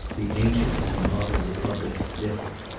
the ancient and modern republics differ.